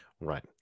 Right